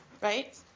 right